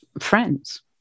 friends